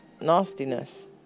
nastiness